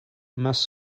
must